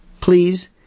please